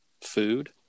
food